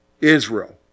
Israel